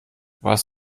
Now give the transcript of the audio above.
was